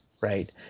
right